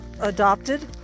adopted